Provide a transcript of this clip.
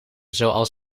zoals